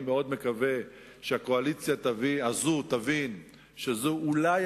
אני מאוד מקווה שהקואליציה הזאת תבין שזו אולי